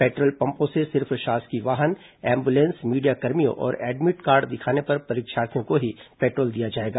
petrol पम्पों से सिर्फ शासकीय वाहन एंबुलेंस मीडियाकर्मियों और एडमिट कार्ड दिखाने पर परीक्षार्थियों को ही पेट्रोल दिया जाएगा